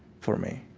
for me?